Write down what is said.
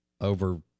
over